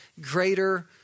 greater